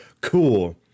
cool